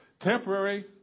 Temporary